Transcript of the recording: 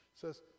says